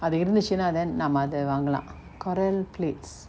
அது இருந்துச்சுனா:athu irunthuchuna then நாம அத வாங்களா:naama atha vaangala corelle plates